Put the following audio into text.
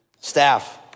staff